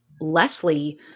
Leslie